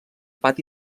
pati